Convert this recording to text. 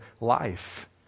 life